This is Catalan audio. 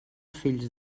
fills